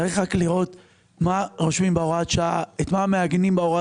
צריך רק לראות מה רושמים בהוראת השעה ואת מה מעגנים בה.